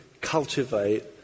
cultivate